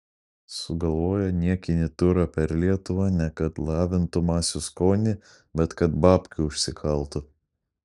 sugalvoja niekinį turą per lietuvą ne kad lavintų masių skonį bet kad babkių užsikaltų